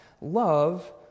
love